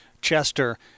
Chester